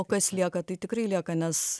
o kas lieka tai tikrai lieka nes